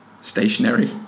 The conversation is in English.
stationary